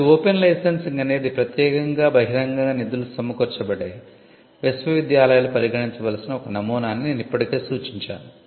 మరియు open licensing అనేది ప్రత్యేకంగా బహిరంగంగా నిధులు సమకూర్చబడే విశ్వవిద్యాలయాలు పరిగణించవలసిన ఒక నమూనా అని నేను ఇప్పటికే సూచించాను